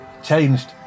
changed